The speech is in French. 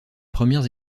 premières